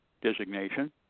designation